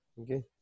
okay